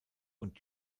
und